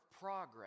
progress